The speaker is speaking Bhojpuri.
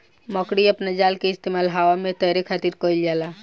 मकड़ी अपना जाल के इस्तेमाल हवा में तैरे खातिर कईल जाला